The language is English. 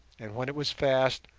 and when it was fast,